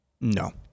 No